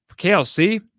KLC